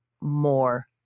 more